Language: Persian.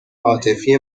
عاطفی